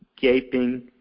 gaping